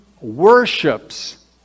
worships